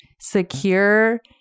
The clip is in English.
secure